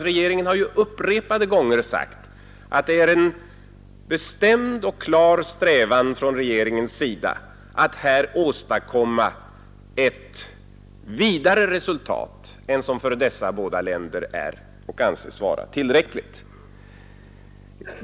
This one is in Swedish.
Regeringen har ju upprepade gånger sagt att det är en bestämd och klar strävan från regeringen att här åstadkomma ett vidare resultat än som för dessa båda länder är och anses vara tillräckligt.